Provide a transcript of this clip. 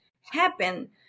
happen